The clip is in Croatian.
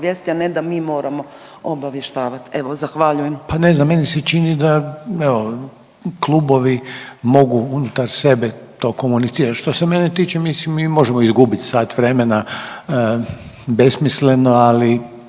ne da mi moramo obavještavati. Evo, zahvaljujem. **Reiner, Željko (HDZ)** Pa ne znam meni se čini da evo klubovi mogu unutar sebe to komunicirati. Što se mene tiče mislim mi možemo izgubiti sat vremena besmisleno, ali